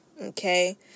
okay